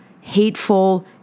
hateful